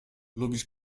lubisz